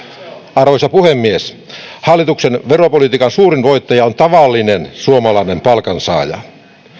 arvoisa puhemies hallituksen veropolitiikan suurin voittaja on tavallinen suomalainen palkansaaja